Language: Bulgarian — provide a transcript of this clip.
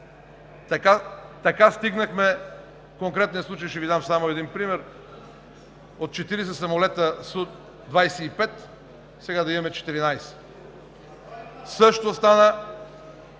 стотинки. В конкретния случай ще Ви дам само един пример: от 40 самолета СУ 25, сега да имаме 14, същото стана